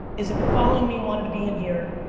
is if you're following me wanting to be in here